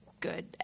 good